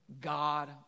God